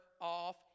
off